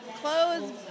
clothes